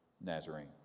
nazarene